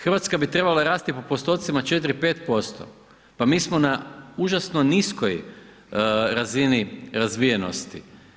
Hrvatska bi trebala rasti po postocima, 4, 5%, pa mi smo na užasno niskoj razini razvijenosti.